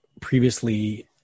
previously